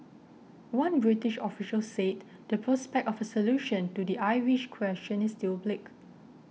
one British official said the prospect of a solution to the Irish question is still bleak